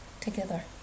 together